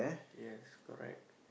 yes correct